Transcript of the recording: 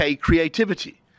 creativity